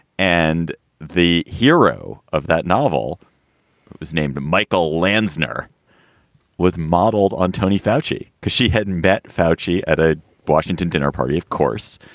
and the hero of that novel was named michael landser with modeled on tony foushee because she hadn't bet foushee at a washington dinner party, of course,